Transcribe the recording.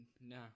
no